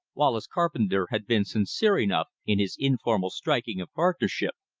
wallace carpenter had been sincere enough in his informal striking of partnership,